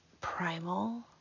primal